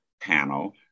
panel